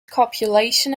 copulation